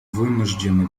вынуждены